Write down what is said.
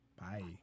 bye